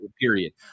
period